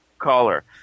caller